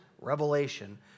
revelation